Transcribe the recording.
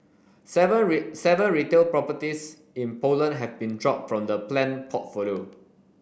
seven seven retail properties in Poland have been dropped from the planned portfolio